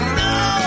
no